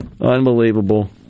Unbelievable